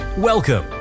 Welcome